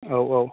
औ औ